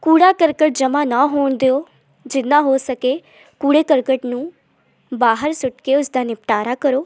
ਕੂੜਾ ਕਰਕਟ ਜਮ੍ਹਾਂ ਨਾ ਹੋਣ ਦਿਓ ਜਿੰਨਾ ਹੋ ਸਕੇ ਕੂੜੇ ਕਰਕਟ ਨੂੰ ਬਾਹਰ ਸੁੱਟ ਕੇ ਉਸਦਾ ਨਿਪਟਾਰਾ ਕਰੋ